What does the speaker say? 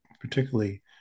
particularly